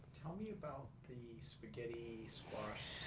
tell me about spaghetti squash.